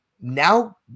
now